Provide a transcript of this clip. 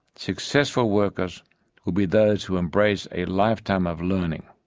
successful workers will be those who embrace a lifetime of learning.